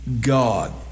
God